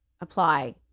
apply